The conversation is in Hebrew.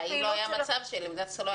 בחיים לא היה מצב שלא היה תקציב.